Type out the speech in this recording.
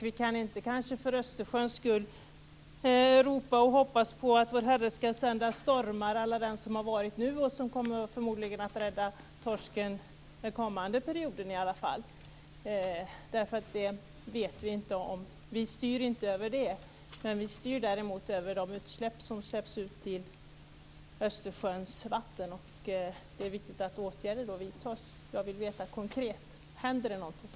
Vi kan inte för Östersjöns skull ropa och hoppas på att vår Herre ska sända stormar à la den som har varit nu och som förmodligen kommer att rädda torsken i alla fall den kommande perioden. Vi styr inte över det, men vi styr däremot över de utsläpp som görs ut i Östersjöns vatten. Det är viktigt att åtgärder vidtas. Jag vill veta konkret: Händer det någonting?